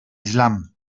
islam